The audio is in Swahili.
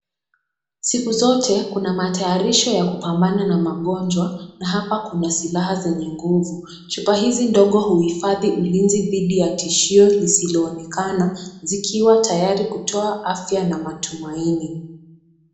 Siku zote kuna matayarisho ya kupambana na magonjwa na hapa kuna silaha zenye nguvu. Chupa hizi ndogo huhifadhi ulinzi dhidi ya tishio liosiloonekana zikiwa tayari kutoa afya na matumaini.